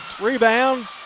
rebound